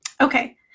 Okay